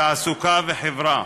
תעסוקה וחברה,